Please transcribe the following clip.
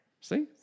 See